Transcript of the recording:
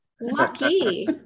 Lucky